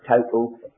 total